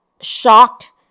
shocked